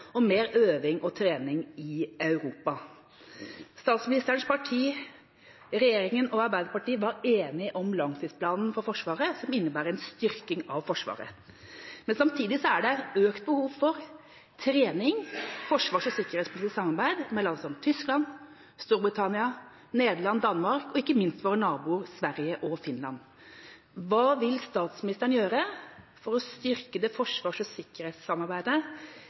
mer øving og trening i Europa. Statsministerens parti, regjeringa og Arbeiderpartiet var enige om langtidsplanen for Forsvaret, som innebærer en styrking av Forsvaret. Men samtidig er det et økt behov for trening og forsvars- og sikkerhetspolitisk samarbeid med land som Tyskland, Storbritannia, Nederland, Danmark og ikke minst våre naboer Sverige og Finland. Hva vil statsministeren gjøre for å styrke forsvars- og sikkerhetssamarbeidet